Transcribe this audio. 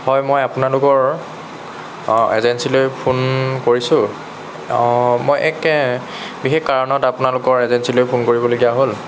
হয় মই আপোনালোকৰ এজেঞ্চিলৈ ফোন কৰিছোঁ মই এক বিশেষ কাৰণত আপোনালোকৰ এজেঞ্চিলৈ ফোন কৰিবলগীয়া হ'ল